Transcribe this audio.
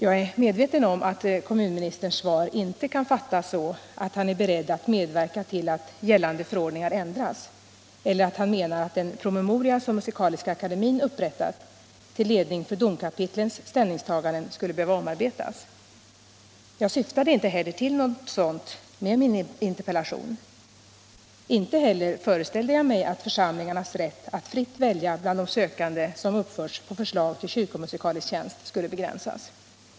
Jag är medveten om att kommunministerns svar inte kan uppfattas så att han är beredd att medverka till att gällande förordningar ändras eller att han menar att den promemoria som Musikaliska akademien upprättat till ledning för domkapitlens ställningstaganden skulle behöva omarbetas. Jag syftade inte heller till något sådant med min interpellation. Inte heller föreställde jag mig att församlingarnas rätt att fritt välja bland de sökande som uppförts på förslag till kyrkomusikalisk tjänst skulle begränsas.